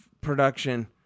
production